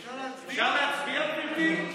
אפשר להצביע, גברתי?